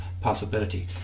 possibility